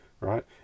right